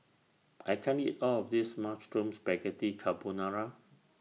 I can't eat All of This Mushroom Spaghetti Carbonara